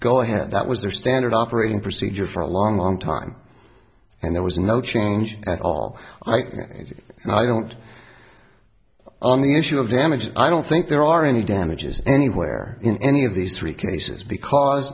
go ahead that was their standard operating procedure for a long long time and there was no change at all and i don't own the issue of damages i don't think there are any damages anywhere in any of these three cases because